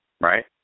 right